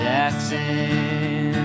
Jackson